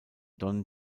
don